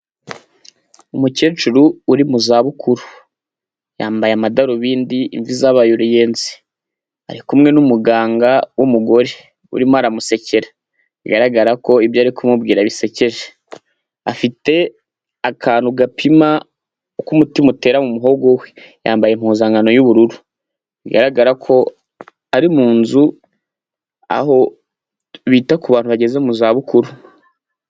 Umukecuru uri mu za bukuru yambaye amadarubindi imvi zabaye reyenzi ari kumwe n'umuganga wumugore urimo aramusekera bigaragara ko ibyo ari kumubwira bisekeje afite akantu gapima k'umutima utera mu umuhogo we yambaye impuzankan y'ubururu bigaragara ko ari mu nzu aho bita ku bantu bageze mu za bukuru.